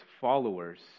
followers